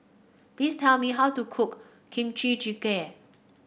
please tell me how to cook Kimchi Jjigae